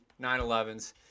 911s